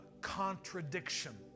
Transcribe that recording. contradiction